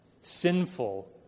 sinful